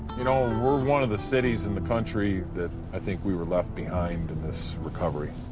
you know, we're one of the cities in the country that, i think we were left behind in this recovery.